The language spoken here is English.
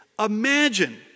Imagine